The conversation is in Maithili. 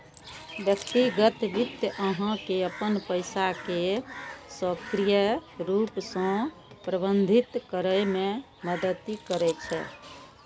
व्यक्तिगत वित्त अहां के अपन पैसा कें सक्रिय रूप सं प्रबंधित करै मे मदति करै छै